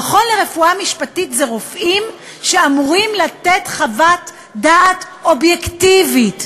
במכון לרפואה משפטית יש רופאים שאמורים לתת חוות דעת אובייקטיבית,